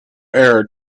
heir